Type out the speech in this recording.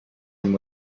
and